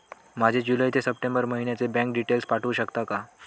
माझे जुलै ते सप्टेंबर महिन्याचे बँक डिटेल्स पाठवू शकता का?